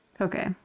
okay